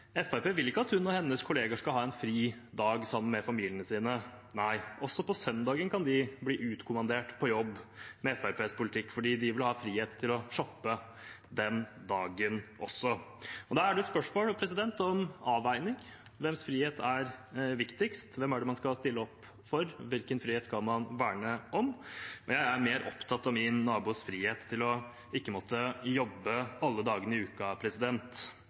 vil ikke at hun og hennes kollegaer skal ha en fridag sammen med familiene sine. Nei, også på søndagen kan de med Fremskrittspartiets politikk bli utkommandert på jobb, fordi Fremskrittspartiet vil ha frihet til å shoppe den dagen også. Da er det et spørsmål og en avveining: Hvem sin frihet er viktigst, hvem er det man skal stille opp for, hvilken frihet skal man verne om? Jeg er mer opptatt av min nabos frihet til ikke å måtte jobbe alle dagene i